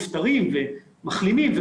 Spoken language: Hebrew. נפטרים ומחלימים,